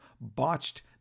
botched